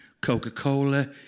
Coca-Cola